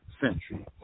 century